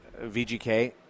VGK